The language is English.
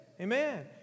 Amen